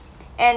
and